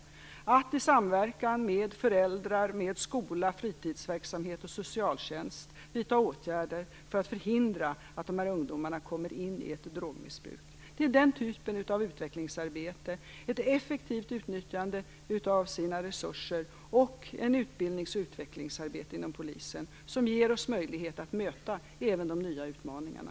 Vidare gäller det att i samverkan med föräldrar, skola, fritidsverksamhet och socialtjänst vidta åtgärder för att förhindra att dessa ungdomar kommer in i ett drogmissbruk. Det är den typen av utvecklingsarbete, ett effektivt utnyttjande av resurser och ett utbildnings och utvecklingsarbete inom polisen, som ger oss möjlighet att möta även de nya utmaningarna.